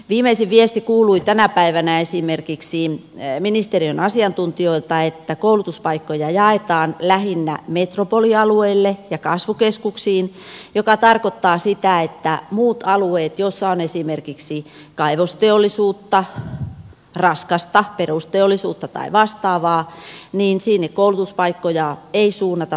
viimeisin viesti kuului tänä päivänä esimerkiksi ministeriön asiantuntijoilta että koulutuspaikkoja jaetaan lähinnä metropolialueille ja kasvukeskuksiin mikä tarkoittaa sitä että muille alueille joilla on esimerkiksi kaivosteollisuutta raskasta perusteollisuutta tai vastaavaa koulutuspaikkoja ei suunnata tarpeellista määrää